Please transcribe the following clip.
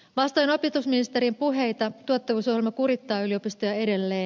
vastoin opetusministerin puheita tuottavuusohjelma kurittaa yliopistoja edelleen